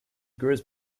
grows